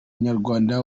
nyarwanda